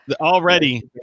Already